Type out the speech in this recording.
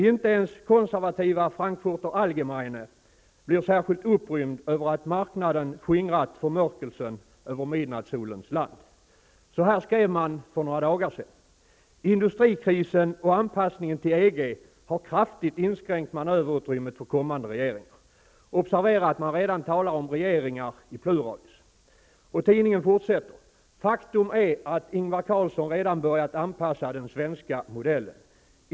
Inte ens den konservativa Frankfurter Allgemeine blir särskilt upprymd över att marknaden skingrat förmörkelsen över midnattssolens land. Så här skrev man för några dagar sedan: ''Industrikrisen och anpassningen till EG har kraftigt inskränkt manöverutrymmet för kommande regeringar.'' Observera att man redan talar om regeringar i pluralis. Och tidningen fortsätter: ''Faktum är att Ingvar Carlsson redan börjat anpassa den svenska modellen.